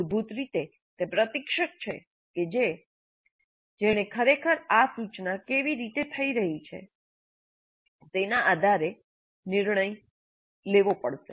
મૂળભૂત રીતે તે પ્રશિક્ષક છે કે જેણે ખરેખર આ સૂચના કેવી રીતે થઈ રહી છે તેના આધારે નિર્ણય લેવો પડશે